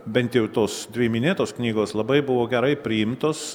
bent jau tos dvi minėtos knygos labai buvo gerai priimtos